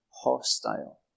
hostile